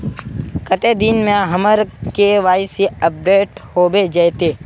कते दिन में हमर के.वाई.सी अपडेट होबे जयते?